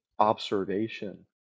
observation